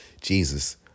Jesus